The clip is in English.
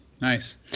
Nice